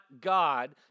God